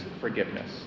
forgiveness